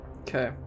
Okay